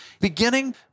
beginning